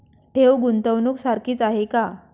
ठेव, गुंतवणूक सारखीच आहे का?